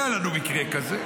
היה לנו מקרה כזה,